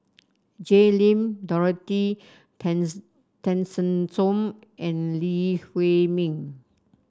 Jay Lim Dorothy Tessensohn and Lee Huei Min